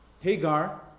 Hagar